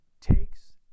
takes